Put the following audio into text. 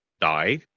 die